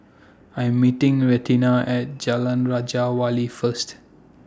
I Am meeting Renita At Jalan Raja Wali First